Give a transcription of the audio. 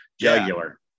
jugular